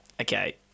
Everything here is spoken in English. okay